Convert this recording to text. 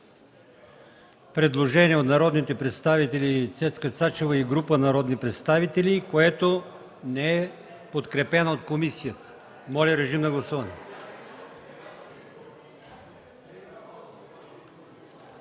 предложение на Цецка Цачева и група народни представители, което не е подкрепено от комисията. Моля, режим на гласуване.